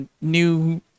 new